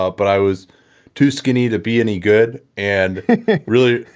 ah but i was too skinny to be any good and really,